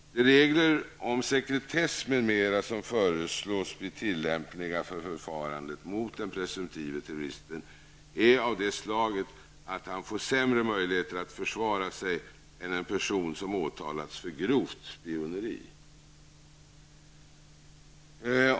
De regler om sekretess m.m. som föreslås bli tillämpliga vid förfarandet mot den presumtive terroristen är av det slaget att han får sämre möjligheter att försvara sig än en person som åtalats för grovt spioneri.